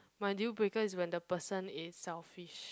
my deal breaker is when the person is selfish